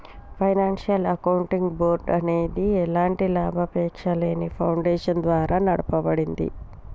financial accounting board అనేది ఎలాంటి లాభాపేక్షలేని ఫౌండేషన్ ద్వారా నడపబడుద్ది